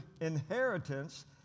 inheritance